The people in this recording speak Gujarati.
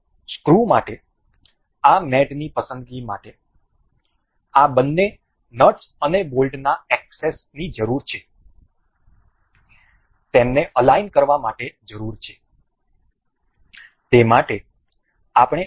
આ સ્ક્રુ માટે આ મેટની પસંદગી માટે આ બંને નટસ અને બોલ્ટના એક્સેસ ની જરૂર છે તેમને અલાઈન કરવા માટે જરૂર છે